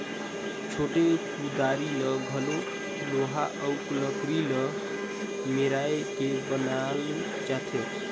छोटे कुदारी ल घलो लोहा अउ लकरी ल मेराए के बनाल जाथे